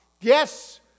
Yes